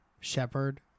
shepherd